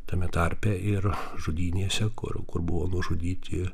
tame tarpe ir žudynėse kur kur buvo nužudyti